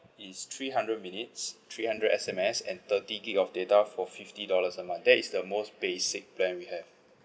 is three hundred minutes three hundred S_M_S and thirty gig of data for fifty dollars a month that is the most basic plan we have